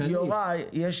יוראי,